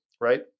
right